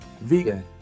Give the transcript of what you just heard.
Vegan